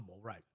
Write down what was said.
right